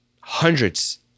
hundreds